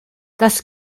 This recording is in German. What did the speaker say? das